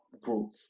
growth